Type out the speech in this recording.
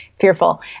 fearful